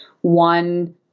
one